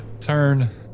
turn